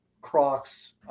Crocs